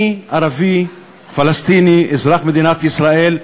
אני ערבי פלסטיני אזרח מדינת ישראל.